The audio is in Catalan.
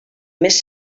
més